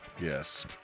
Yes